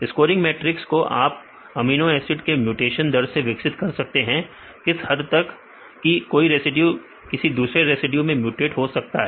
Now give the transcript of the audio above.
scoring matrix को आप amino acid के म्यूटेशन दर से विकसित कर सकते हैं किस हद तक कोई रेसिड्यू किसी दूसरे रेसिड्यू में म्यूटेट हो सकता है